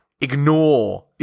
ignore